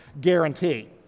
guarantee